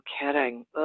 kidding